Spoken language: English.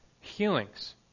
healings